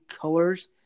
colors